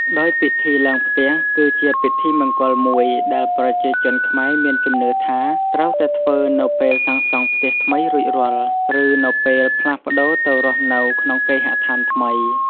ដោយពិធីឡើងផ្ទះ គឺជាពិធីមង្គលមួយដែលប្រជាជនខ្មែរមានជំនឿថា ត្រូវតែធ្វើនៅពេលសាងសង់ផ្ទះថ្មីរួចរាល់ ឬនៅពេលផ្លាស់ប្ដូរទៅរស់នៅក្នុងគេហដ្ឋានថ្មី។